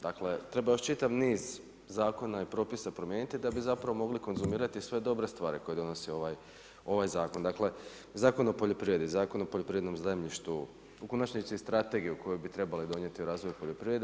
Dakle, treba još čitav niz zakona i propisa promijeniti da bi zapravo mogli konzumirati sve dobre stvari koje donosi ovaj zakon, dakle Zakon o poljoprivredi, Zakon o poljoprivrednom zemljištu, u konačnici i strategiju koju bi trebali donijeti o razvoju poljoprivrede.